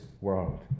world